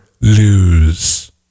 lose